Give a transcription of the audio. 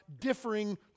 differing